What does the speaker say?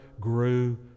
grew